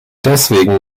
deswegen